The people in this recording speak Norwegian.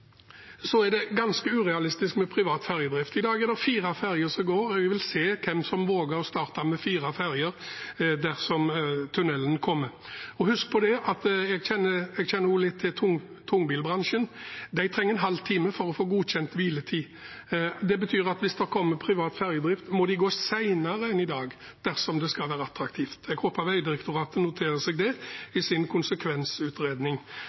er det ganske urealistisk med privat ferjedrift. I dag er det fire ferjer som går, og jeg vil se hvem som våger å starte med fire ferjer dersom tunnelen kommer. Jeg kjenner også litt til tungbilbransjen. De trenger en halv time for å få godkjent hviletid. Det betyr at hvis det kommer privat ferjedrift, må de gå saktere enn i dag dersom det skal være attraktivt. Jeg håper Vegdirektoratet noterer seg